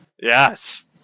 Yes